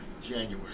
January